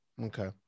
Okay